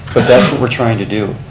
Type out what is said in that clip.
but that's what we're trying to do.